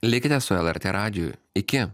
likite su lrt radiju iki